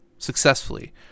successfully